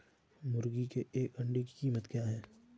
मुर्गी के एक अंडे की कीमत क्या है?